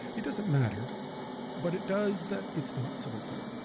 it doesn't matter but it does that it's not sold there.